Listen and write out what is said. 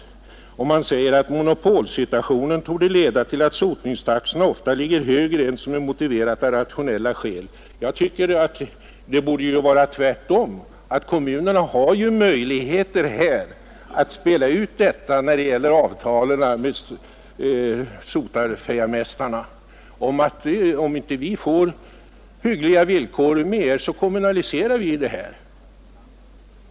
Motionärerna säger vidare: ”Monopolsituationen torde leda till att sotningstaxorna ofta ligger högre än som är motiverat av rationella skäl.” Jag tycker att det borde vara tvärtom. Kommunerna har ju möjligheter att då det gäller att träffa avtal med skorstensfejarmästarna att säga att om man inte får hyggliga villkor, kommunaliserar man verksamheten.